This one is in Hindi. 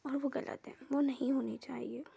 और वो गलत है वो नहीं होनी चाहिए